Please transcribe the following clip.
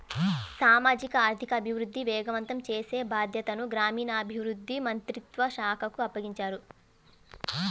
సామాజిక ఆర్థిక అభివృద్ధిని వేగవంతం చేసే బాధ్యతను గ్రామీణాభివృద్ధి మంత్రిత్వ శాఖకు అప్పగించారు